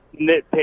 nitpick